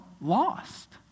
lost